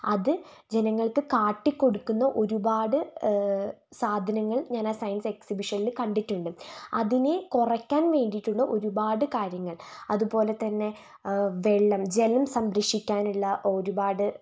അതു ജനങ്ങൾക്ക് കാട്ടികൊടുക്കുന്ന ഒരുപാട് സാധനങ്ങൾ ഞാൻ ആ സയൻസ് എക്സിബിഷനിൽ കണ്ടിട്ടുണ്ട് അതിനെ കുറയ്ക്കാൻ വേണ്ടിയിട്ടുള്ള ഒരുപാട് കാര്യങ്ങൾ അതുപോലെതന്നെ വെള്ളം ജലം സംരക്ഷിക്കാനുള്ള ഒരുപാട്